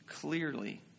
clearly